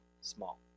small